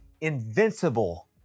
invincible